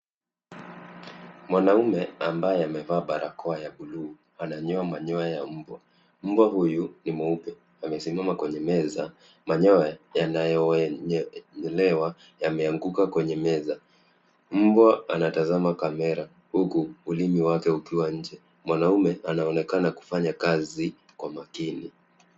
Mwanaume ambaye amevaa barakoa ya bluu ananyoa manyoya ya mbwa. Mbwa huyu ni mweupe amesimama kwenye meza. Manyoya yanayotolewa yameanguka kwenye meza. Mbwa anatazama kamera ulimi wake ukiwa nje. Mwanume anaonekana kufanya kazi kwa makini.